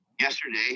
yesterday